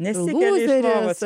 nesikeli iš lovos